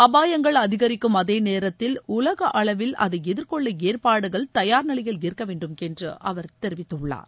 அபாயங்கள் அதிகரிக்கும் அதேநேரத்தில் உலகஅளவில் அதைஎதிர்கொள்ளஏற்பாடுகள் தயார் நிலையில் இருக்கவேண்டும் என்றுஅவர் தெரிவித்துள்ளார்